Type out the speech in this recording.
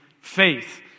faith